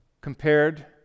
compared